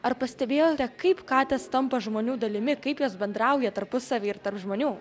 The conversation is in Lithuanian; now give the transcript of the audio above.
ar pastebėjote kaip katės tampa žmonių dalimi kaip jos bendrauja tarpusavy ir tarp žmonių